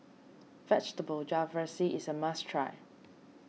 Vegetable Jalfrezi is a must try